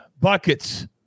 Buckets